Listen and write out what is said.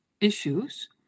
issues